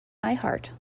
iheart